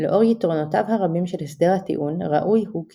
"לאור יתרונותיו הרבים של הסדר הטיעון ראוי הוא כי